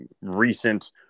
recent